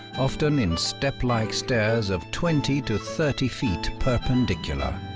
often in step like stairs of twenty to thirty feet perpendicular.